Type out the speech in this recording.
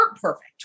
perfect